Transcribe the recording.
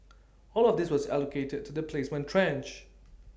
all of this was allocated to the placement tranche